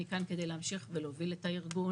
אני כאן כדי להמשיך ולהוביל את הארגון.